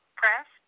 press